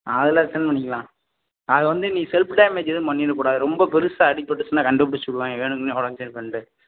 அதில் ரிட்டர்ன் பண்ணிக்கலாம் அதை வந்து நீ செல்ஃப் டேமேஜ் எதுவும் பண்ணிடக் கூடாது ரொம்ப பெருசாக அடிபட்டுச்சுன்னா கண்டுபிடிச்சிருவாய்ங்க வேணும்க்குன்னே உடஞ்சிருக்குன்ட்டு